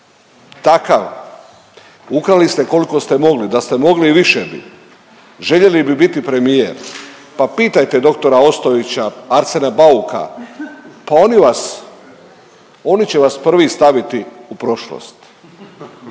takav ukrali ste koliko ste mogli da ste mogli i više bi, željeli bi biti premijer, pa pitajte dr. Ostojića, Arsena Bauka pa oni vas oni će vas prvi staviti u prošlost.